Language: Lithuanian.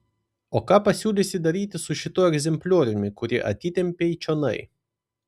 o ką pasiūlysi daryti su šituo egzemplioriumi kurį atitempei čionai